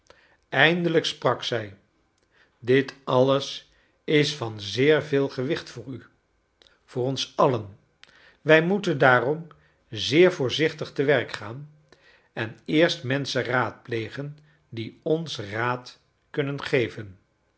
eindelijk sprak zij dit alles is van zeer veel gewicht voor u voor ons allen wij moeten daarom zeer voorzichtig te werk gaan en eerst menschen raadplegen die ons raad kunnen geven